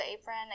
Apron